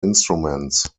instruments